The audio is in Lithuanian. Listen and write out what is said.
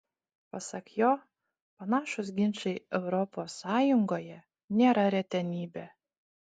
pasak jo panašūs ginčai europos sąjungoje nėra retenybė